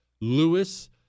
Lewis